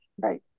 right